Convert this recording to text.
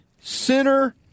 center